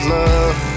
love